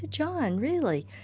ah john, really,